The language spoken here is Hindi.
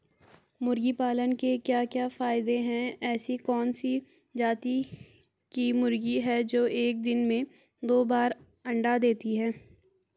मुर्गी पालन के क्या क्या फायदे हैं ऐसी कौन सी जाती की मुर्गी है जो एक दिन में दो बार अंडा देती है?